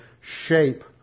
shape